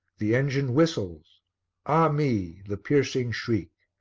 the engine whistles ah me! the piercing shriek!